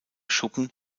schuppen